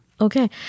Okay